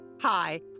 hi